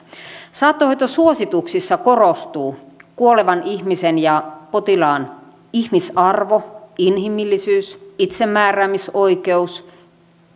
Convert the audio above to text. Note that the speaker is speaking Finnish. saattohoitosuosituksissa korostuu kuolevan ihmisen ja potilaan ihmisarvo inhimillisyys itsemääräämisoikeus